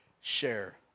share